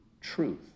truth